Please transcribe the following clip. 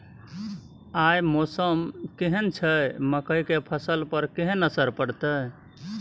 आय मौसम केहन छै मकई के फसल पर केहन असर परतै?